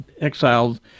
exiled